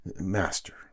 master